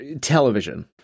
television